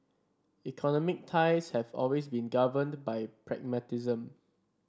economic ties have always been governed by pragmatism